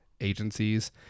agencies